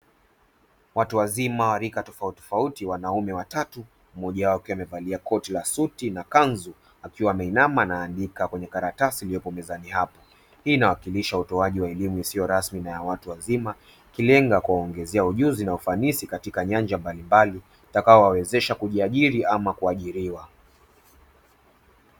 Watu wazima wa rika tofauti tofauti wanaume watatu mmoja wao akiwa amevalia koti la suti na kanzu akiwa ameinama anaandika kwenye karatasi iliyopo mezani hapo, hii inawakilisha utoaji wa elimu isiyo rasmi na ya watu wazima ikilenga kuwaongezea ujuzi na ufanisi katika nyanja mbalimbali itakayo wawezesha kujiajiri ama kuajiriwa.